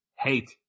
Hate